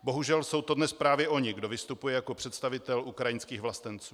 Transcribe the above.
Bohužel jsou to dnes právě oni, kdo vystupuje jako představitel ukrajinských vlastenců.